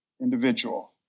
individual